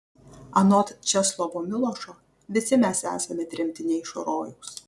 anot česlovo milošo visi mes esame tremtiniai iš rojaus